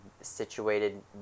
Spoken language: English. situated